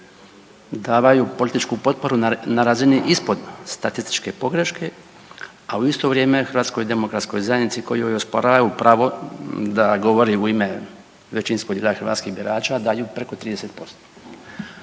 davaju političku potporu na razini ispod statističke pogreške, a u isto vrijeme HDZ-u kojoj osporavaju pravo da govori u ime većinskog dijela hrvatskih birača, daju preko 30%.